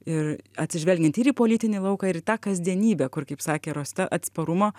ir atsižvelgiant ir į politinį lauką ir į tą kasdienybę kur kaip sakė rosita atsparumo